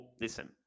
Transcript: listen